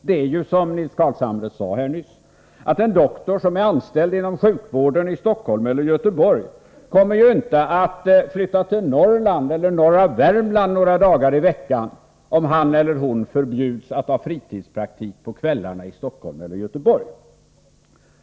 Det är ju som Nils Carlshamre sade här nyss att en doktor som är anställd inom sjukvården i Stockholm eller Göteborg inte kommer att flytta till Norrland eller norra Värmland några dagar i veckan om hon eller han förbjuds att ha fritidspraktik på kvällarna i Stockholm eller i Göteborg.